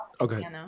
okay